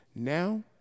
Now